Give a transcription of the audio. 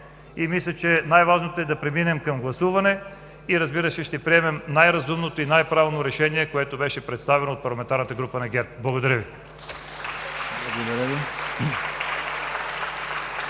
Мисля, че най-важното е да преминем към гласуване. Разбира се, ще приемем най-разумното и най-правилното решение, което беше представено от парламентарната група на ГЕРБ. Благодаря Ви.